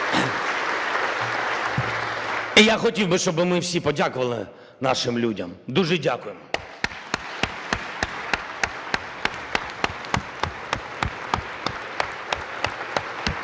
І я хотів би, щоб ми всі подякували нашим людям. Дуже дякуємо!